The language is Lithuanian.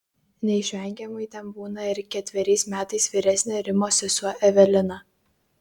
neišvengiamai ten būna ir ketveriais metais vyresnė rimos sesuo evelina